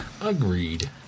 Agreed